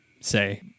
say